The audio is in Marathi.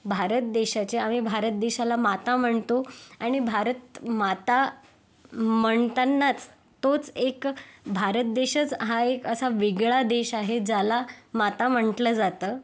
भारत देशाचे आम्ही भारत देशाला माता म्हणतो आणि भारत माता म्हणतानाच तोच एक भारत देशच हा असा एक वेगळा देश आहे ज्याला माता म्हटलं जातं